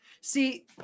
See